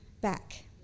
back